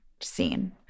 scene